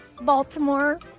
Baltimore